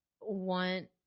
want